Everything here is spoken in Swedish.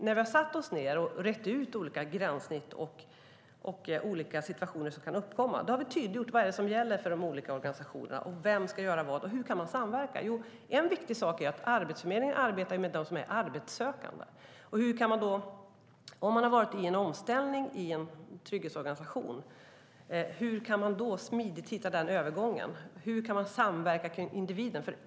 När vi har satt oss ned och rett ut olika gränssnitt och olika situationer som kan uppkomma har vi tydliggjort vad det är som gäller för de olika organisationerna, vem som ska göra vad och hur man kan samverka. En viktig sak är att Arbetsförmedlingen arbetar med dem som är arbetssökande. Om man har varit i en omställning i en trygghetsorganisation - hur kan man då smidigt hitta denna övergång? Hur kan man samverka kring individen?